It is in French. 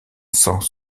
sens